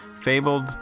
fabled